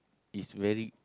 it's very